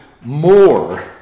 more